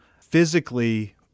physically